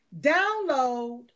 download